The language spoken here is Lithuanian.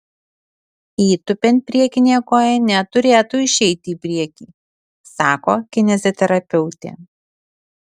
įtūpiant priekinė koja neturėtų išeiti į priekį sako kineziterapeutė